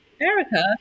Erica